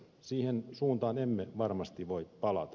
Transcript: siihen suuntaan emme varmasti voi palata